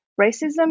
racism